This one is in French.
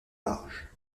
large